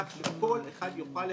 כך שכל אחד יוכל לחפש.